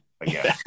again